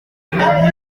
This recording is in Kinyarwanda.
inkigni